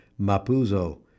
Mapuzo